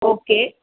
okay